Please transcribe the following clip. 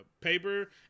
paper